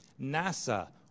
NASA